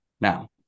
Now